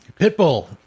Pitbull